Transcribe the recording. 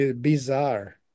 bizarre